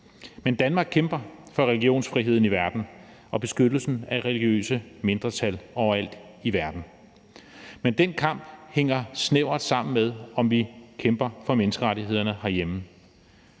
Men Danmark kæmper for religionsfriheden i verden og beskyttelsen af religiøse mindretal overalt i verden. Men den kamp hænger snævert sammen med, om vi kæmper for menneskerettighederne herhjemme.